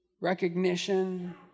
recognition